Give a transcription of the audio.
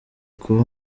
kuba